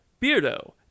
Beardo